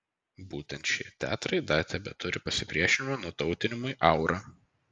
būtent šie teatrai dar tebeturi pasipriešinimo nutautinimui aurą